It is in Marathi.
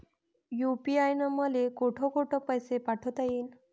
यू.पी.आय न मले कोठ कोठ पैसे पाठवता येईन?